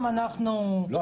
הוא כן יכול,